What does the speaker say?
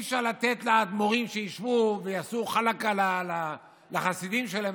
שאי-אפשר לתת לאדמו"רים שישבו ויעשו חלאקה לחסידים שלהם,